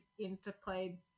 interplay